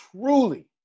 truly